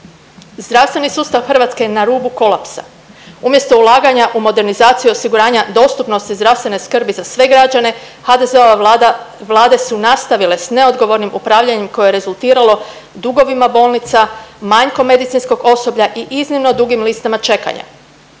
Zdravstveni sustav Hrvatske je na rubu kolapsa, umjesto ulaganja u modernizaciju i osiguranja dostupnosti zdravstvene skrbi za sve građane HDZ-ova Vlada, Vlade su nastavile s neodgovornim upravljanjem koje je rezultiralo dugovima bolnica, manjkom medicinskog osoblja i iznimno dugim listama čekanja.